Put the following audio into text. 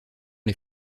les